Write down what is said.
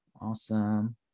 Awesome